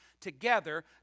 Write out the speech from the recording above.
together